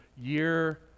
year